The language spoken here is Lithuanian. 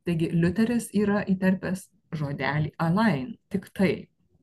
taigi liuteris yra įterpęs žodelį alain tiktai